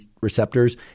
receptors